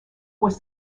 was